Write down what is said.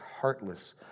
heartless